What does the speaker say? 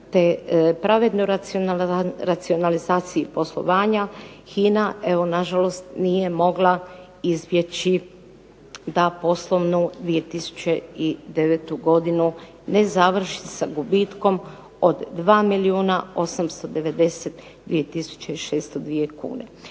te pravednoj racionalizaciji poslovanja, HINA evo na žalost nije mogla izbjeći da poslovnu 2009. godinu ne završi sa gubitkom od 2 milijuna